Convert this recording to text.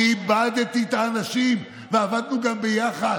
כיבדתי את האנשים ועבדנו ביחד.